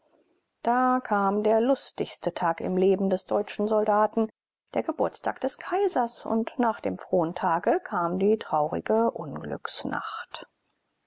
da kam der lustigste tag im leben des deutschen soldaten der geburtstag des kaisers und nach dem frohen tage kam die traurige